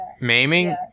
Maiming